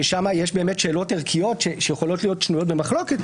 שם יש באמת שאלות ערכיות שיכולות להיות שנויות במחלוקת,